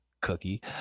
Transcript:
cookie